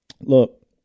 Look